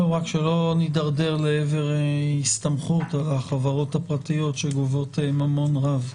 רק שלא נדרדר לעבר הסתמכות על החברות הפרטיות שגובות ממון רב.